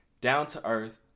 down-to-earth